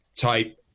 type